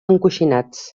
encoixinats